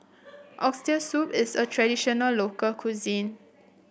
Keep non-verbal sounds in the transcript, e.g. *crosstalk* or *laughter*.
*noise* Oxtail Soup is a traditional local cuisine